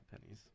pennies